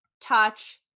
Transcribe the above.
touch